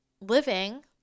living